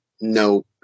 no